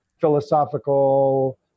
philosophical